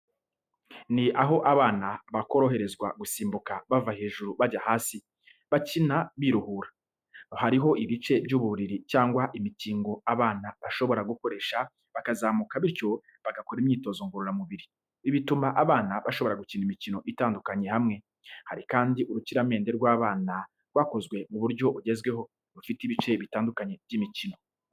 Ni aho abana bakoroherezwa gusimbuka bava hejuru bajya hasi, bakina biruhura. Hariho ibice by'uburiri cyangwa imikingo abana bashobora gukoresha bakazamuka bityo bagakora imyitozo ngororamubiri. Ibi bituma abana bashobora gukina imikino itandukanye hamwe. Hari kandi urukiramende rw'abana rwakozwe mu buryo bugezweho, rufite ibice bitandukanye by’imikino.